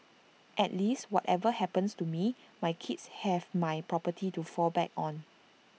at least whatever happens to me my kids have my property to fall back on